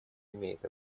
имеет